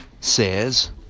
says